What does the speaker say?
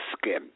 skin